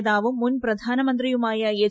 നേതാവും മുൻ പ്രധാനമന്ത്രിയുമായ എച്ച്